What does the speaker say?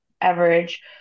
average